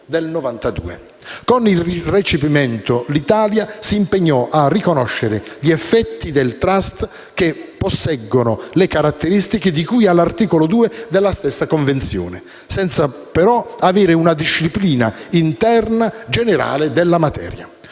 Con il recepimento l'Italia si impegnò a riconoscere gli effetti dei *trust* che posseggono le caratteristiche di cui all'articolo 2 della stessa Convenzione, senza però avere una disciplina interna generale della materia.